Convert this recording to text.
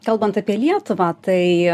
kalbant apie lietuvą tai